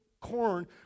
corn